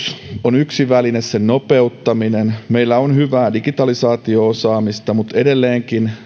on yksi väline sen nopeuttaminen meillä on hyvää digitalisaatio osaamista mutta edelleenkin